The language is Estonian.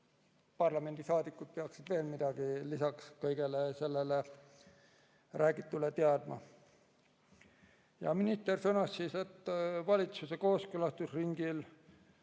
parlamendisaadikud peaksid veel midagi lisaks kõigele sellele räägitule teadma? Minister sõnas, et valitsuse kooskõlastusringil